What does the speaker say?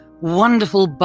wonderful